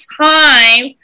time